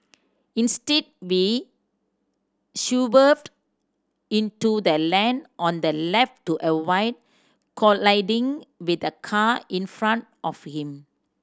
instead be into the lane on the left to avoid colliding with the car in front of him